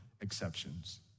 exceptions